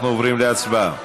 אנחנו עוברים להצבעה.